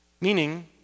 meaning